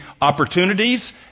opportunities